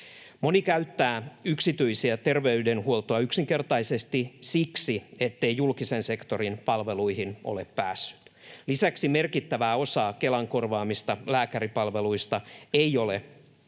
Moni käyttää yksityistä terveydenhuoltoa yksinkertaisesti siksi, ettei julkisen sektorin palveluihin ole päässyt. Lisäksi merkittävää osaa Kelan korvaamista lääkäripalveluista ei ole edes